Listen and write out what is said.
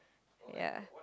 ya